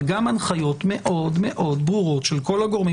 אבל גם הנחיות מאוד מאוד ברורות של הגורמים